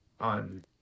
on